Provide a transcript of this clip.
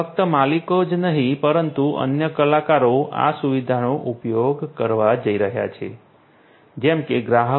ફક્ત માલિકો જ નહીં પરંતુ અન્ય કલાકારો આ સુવિધાનો ઉપયોગ કરવા જઈ રહ્યા છે જેમ કે ગ્રાહકો